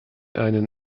einen